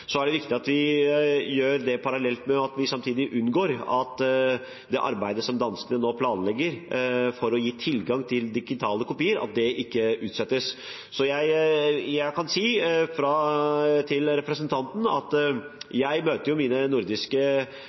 Så er det viktig at vi gjør det parallelt med at vi unngår at det arbeidet som danskene nå planlegger for å gi tilgang til digitale kopier, ikke utsettes. Jeg kan si til representanten at jeg møter mine nordiske